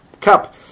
cup